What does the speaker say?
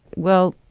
well,